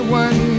one